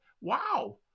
Wow